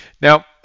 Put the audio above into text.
now